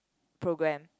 program